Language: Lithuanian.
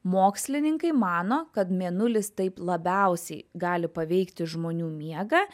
mokslininkai mano kad mėnulis taip labiausiai gali paveikti žmonių miegą